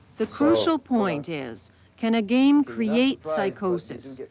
the crucial point is can a game create psychosis,